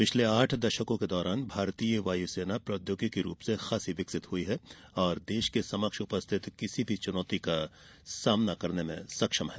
पिछले आठ दशकों के दौरान भारतीय वायुसेना प्रौद्योगिकी रूप से विकसित हुई है और देश के समक्ष उपस्थित किसी भी चुनौती का सामना करने में सक्षम है